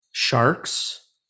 sharks